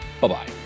Bye-bye